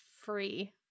free